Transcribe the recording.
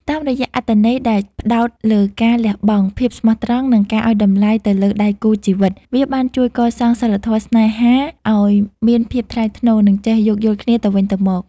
តាមរយៈអត្ថន័យដែលផ្ដោតលើការលះបង់ ភាពស្មោះត្រង់ និងការឱ្យតម្លៃទៅលើដៃគូជីវិត វាបានជួយកសាងសីលធម៌ស្នេហាឱ្យមានភាពថ្លៃថ្នូរ និងចេះយោគយល់គ្នាទៅវិញទៅមក។